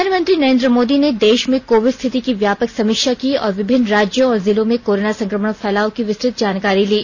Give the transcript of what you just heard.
प्रधानमंत्री नरेन्द्र मोदी ने देश में कोविड स्थिति की व्यापक समीक्षा की और विभिन्न राज्यों और जिलों में कोरोना संक्रमण फैलाव की विस्तृत जानकारी ली